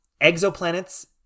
exoplanets